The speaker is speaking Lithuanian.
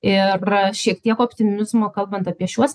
ir šiek tiek optimizmo kalbant apie šiuos